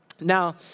Now